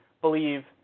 believe